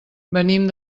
venim